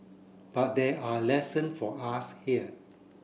but there are lesson for us here